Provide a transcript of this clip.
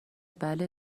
بله